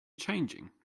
changing